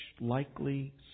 likely